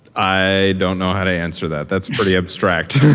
i don't know how to answer that. that's pretty abstract.